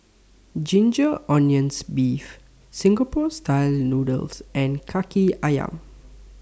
Ginger Onions Beef Singapore Style Noodles and Kaki Ayam